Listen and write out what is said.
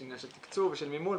יש עניין של תקצוב ושל מימון.